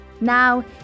Now